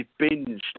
binged